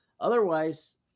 otherwise